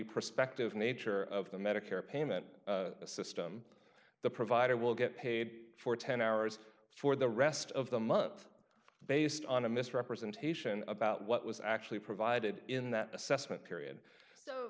prospective nature of the medicare payment system the provider will get paid for ten hours for the rest of the month based on a misrepresentation about what was actually provided in that